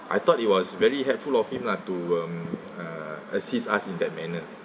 I thought it was very helpful of him lah to um uh assist us in that manner